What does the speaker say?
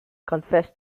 confessed